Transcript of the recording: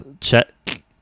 check